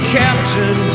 captain